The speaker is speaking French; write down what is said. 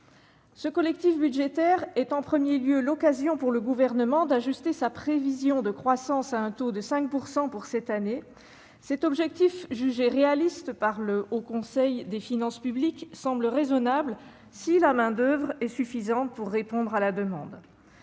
Ce collectif budgétaire est en premier lieu l'occasion pour le Gouvernement d'ajuster sa prévision de croissance à un taux de 5 % pour cette année. Cet objectif, jugé réaliste par le Haut Conseil des finances publiques, semble raisonnable, si la main-d'oeuvre est suffisante pour répondre à la demande.